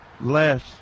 Less